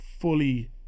fully